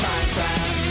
Minecraft